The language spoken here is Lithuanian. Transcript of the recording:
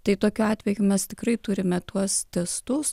tai tokiu atveju mes tikrai turime tuos testus